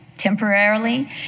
temporarily